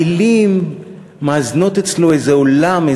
המילים מאזנות אצלו איזה עולם,